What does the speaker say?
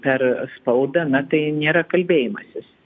per spaudą na tai nėra kalbėjimasis